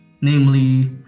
namely